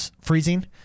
freezing